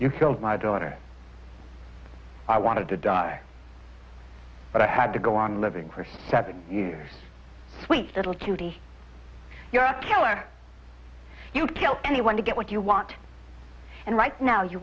you killed my daughter i wanted to die but i had to go on living for seven years sweet little cutie you're a killer you would kill anyone to get what you want and right now you